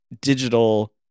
digital